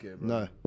No